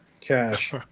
cash